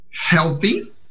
healthy